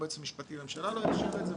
גם היועץ המשפטי לממשלה לא יאשר את זה.